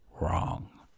wrong